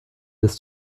des